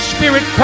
Spirit